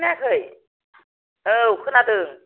खोनायाखै औ खोनादों